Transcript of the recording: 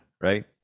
right